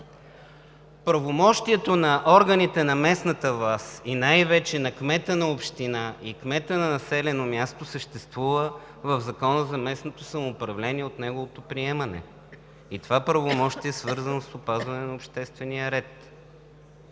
Правомощието на органите на местната власт и най-вече на кмета на общината и кмета на населеното място, съществува в Закона за местното самоуправление от неговото приемане. Това правомощие е свързано с опазване на обществения ред.